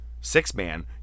six-man